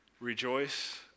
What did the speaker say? rejoice